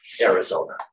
Arizona